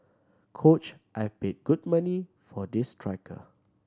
coach I paid good money for this striker